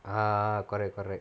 ah correct correct